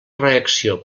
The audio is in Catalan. reacció